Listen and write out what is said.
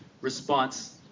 response